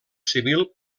civil